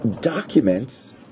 documents